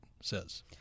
says